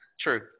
True